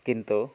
କିନ୍ତୁ